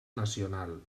nacional